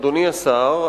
אדוני השר,